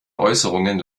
äußerungen